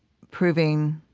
proving,